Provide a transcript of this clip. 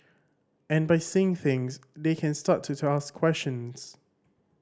and by seeing things they can start to ask questions